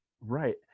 Right